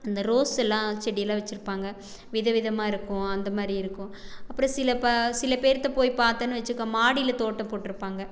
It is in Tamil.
இந்த ரோஸ் எல்லாம் செடியெல்லாம் வெச்சுருப்பாங்க வித விதமாக இருக்கும் அந்த மாதிரி இருக்கும் அப்புறம் சில ப சில பேர்த்தை போய் பார்த்தோம்னு வெச்சுக்கோ மாடியில் தோட்டம் போட்டிருப்பாங்க